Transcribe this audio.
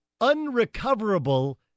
Unrecoverable